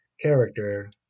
character